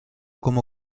como